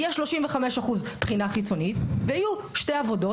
יש 35% בחינה חיצונית ויהיו שתי עבודות,